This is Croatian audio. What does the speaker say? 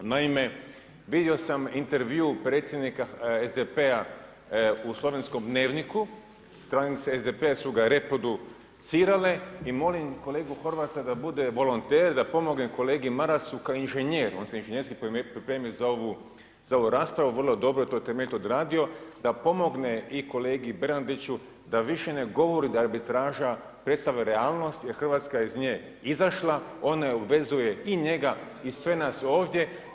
Naime, vidio sam intervju predsjednika SDP-a u slovenskom dnevnikom, stranice SDP-a su ga reproducirale i molim kolegu Horvata da bude volonter da pomogne kolegi Marasu kao inženjer, on se inženjerski pripremio za ovu raspravu vrlo dobro to je temeljito odradio da pomogne i kolegi Bernardiću da više ne govori da arbitraža predstavlja realnost jer Hrvatska iz nje izašla, ona je obvezuje i njega i sve nas ovdje.